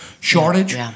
shortage